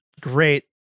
great